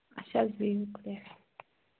اَچھا حظ بِہِو خۄدایس حوال